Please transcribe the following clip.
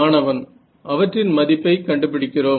மாணவன் அவற்றின் மதிப்பை கண்டுபிடிக்கிறோம்